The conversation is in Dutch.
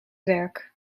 werk